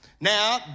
Now